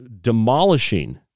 demolishing